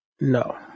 No